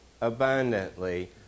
abundantly